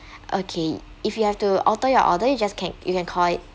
okay if you have to alter your order you just can you can call it